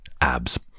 abs